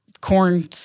corn